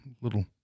little